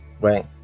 right